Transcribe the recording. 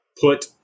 put